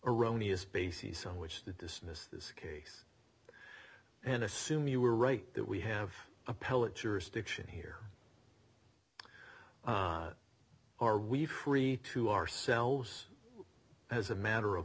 erroneous bases on which to dismiss this case and assume you were right that we have appellate jurisdiction here are we free to ourselves as a matter of